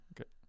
okay